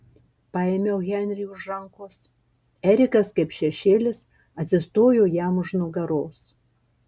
paėmiau henrį už rankos erikas kaip šešėlis atsistojo jam už nugaros